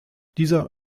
dieser